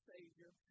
Savior